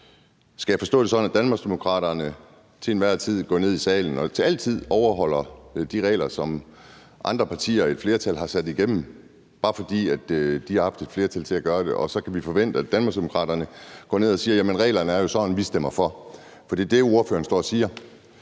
Skal jeg forstå det sådan, at Danmarksdemokraterne til enhver tid går ned i salen og altid overholder de regler, som andre partier, et flertal, har gennemført, bare fordi de har haft et flertal til at gøre det? Så kan vi forvente, at Danmarksdemokraterne går ned og siger: Jamen reglerne er jo sådan, og vi stemmer for? For det er jo det, ordføreren står og siger.